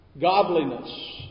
godliness